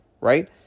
right